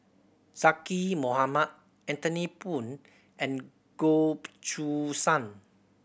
Zaqy Mohamad Anthony Poon and Goh Choo San